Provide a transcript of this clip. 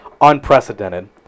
unprecedented